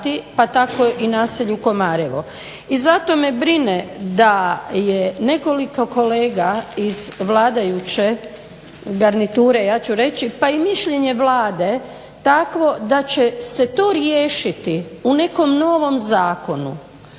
pa tako i naselju KOmarevo. I zato me brine da je nekoliko kolega iz vladajuće garniture ja ću reći, pa i mišljenje Vlade takvo da će se to riješiti u nekom novom zakonu.